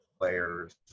players